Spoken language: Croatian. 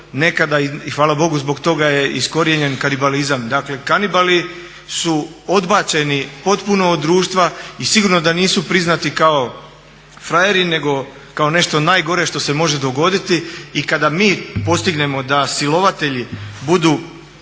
i hvala Bogu zbog toga je iskorijenjen kanibalizam. Dakle, kanibali su odbačeni potpuno od društva i sigurno da nisu priznati kao frajeri nego kao nešto najgore što se može dogoditi. I kada mi postignemo da silovatelji budu